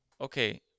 okay